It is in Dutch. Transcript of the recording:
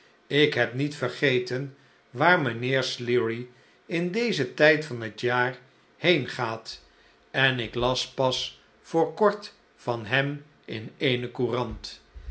ik heb niet vergeten waar mijnheer sleary in dezen tijd van het jaar heen ga'at en ik las pas voor kort van hem in eene courant